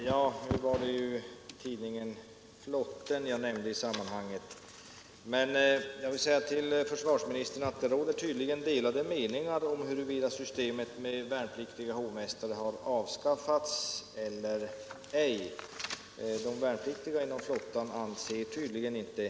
Herr talman! Det var tidningen Flotten jag nämnde i detta sammanhang. Men jag vill säga till försvarsministern att det tydligen råder delade meningar om huruvida systemet med värnpliktiga hovmästare har avskaffats eller ej. De värnpliktiga inom flottan anser tydligen inte det.